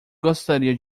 gostaria